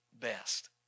best